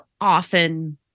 often